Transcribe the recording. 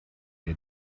der